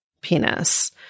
penis